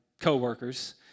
coworkers